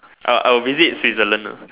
uh I will visit Switzerland lah